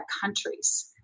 countries